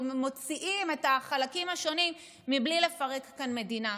מוציאים את החלקים השונים בלי לפרק כאן מדינה.